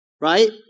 Right